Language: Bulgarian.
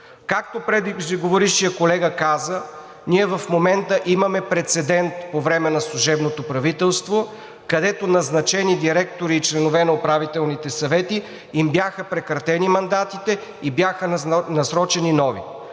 Както преждеговорившият колега каза, имаме прецедент по време на служебното правителство, където на назначени директори и членове на управителните съвети им бяха прекратени мандатите и бяха насрочени нови.